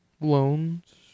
Loans